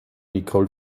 nicole